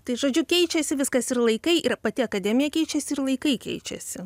tai žodžiu keičiasi viskas ir laikai ir pati akademija keičiasi ir laikai keičiasi